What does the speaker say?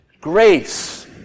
Grace